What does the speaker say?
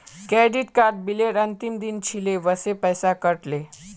credit card बिलेर अंतिम दिन छिले वसे पैसा कट ले